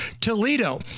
Toledo